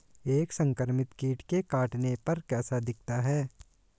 एक संक्रमित कीट के काटने पर कैसा दिखता है?